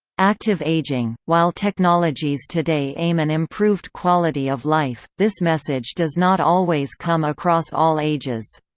active aging while technologies today aim an improved quality of life, this message does not always come across all ages.